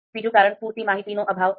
બીજું કારણ પૂરતી માહિતીનો અભાવ છે